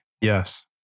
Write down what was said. Yes